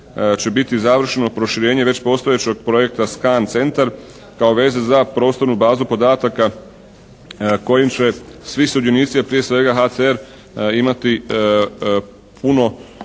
će biti završno proširenje već postojećeg projekta stan centar kao veze za prostornu bazu podataka kojim će svi sudionici, a prije svega HCR imati puno